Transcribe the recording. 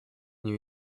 new